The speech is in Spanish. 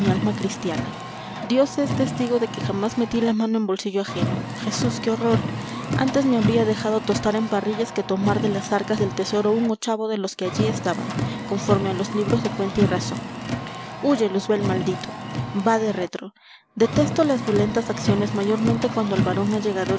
alma cristiana dios es testigo de que jamás metí la mano en bolsillo ajeno jesús qué horror antes me habría dejado tostar en parrillas que tomar de las arcas del tesoro un ochavo de los que allí estaban conforme a los libros de cuenta y razón huye luzbel maldito vade retro detesto las violentas acciones mayormente cuando al varón allegador